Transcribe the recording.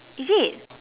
is it